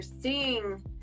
seeing